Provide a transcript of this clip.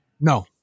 No